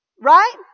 Right